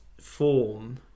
form